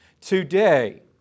Today